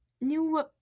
new